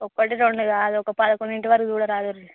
ఒకటి రెండు కాదు ఒక పదకొండింటి వరకు చూడరాదుర్రి